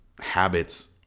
habits